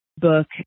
book